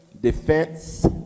defense